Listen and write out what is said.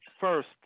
first